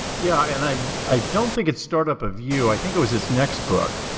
yeah. and i i don't think it's start-up of you. i think it was his next book.